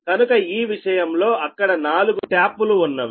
కనుక ఈ విషయంలో అక్కడ నాలుగు ట్యాప్ లు ఉన్నవి